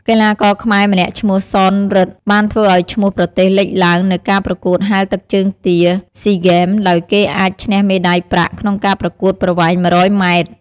កីឡាករខ្មែរម្នាក់ឈ្មោះ ស៊ន រិទ្ធិ បានធ្វើឱ្យឈ្មោះប្រទេសលេចឡើងនៅការប្រកួតហែលទឹកជើងទា SEA Games ដោយគេអាចឈ្នះមេដាយប្រាក់ក្នុងការប្រកួតប្រវែង ១០០ម៉ែត្រ។